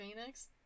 phoenix